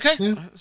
okay